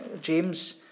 James